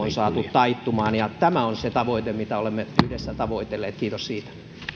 taittumaan ja tämä on se tavoite mitä olemme yhdessä tavoitelleet kiitos siitä